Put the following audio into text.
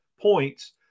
points